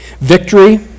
Victory